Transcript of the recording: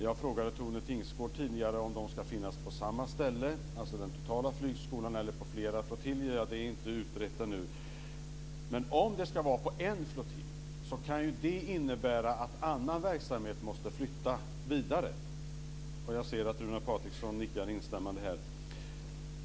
Jag frågade tidigare Tone Tingsgård om de ska finnas på samma ställe, alltså den totala flygskolan, eller på flera flottiljer. Men det är ännu inte utrett. Men om de ska vara på en flottilj så kan ju det innebära att annan verksamhet måste flytta vidare. Jag ser att Runar Patriksson nickar instämmande här.